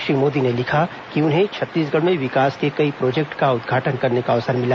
श्री मोदी ने लिखा कि उन्हें छत्तीसगढ़ में विकास के कई प्रोजेक्ट का उदघाटन करने का अवसर मिला